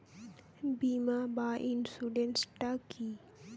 বিমা বা ইন্সুরেন্স টা কি?